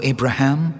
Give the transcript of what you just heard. Abraham